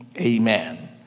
Amen